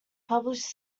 published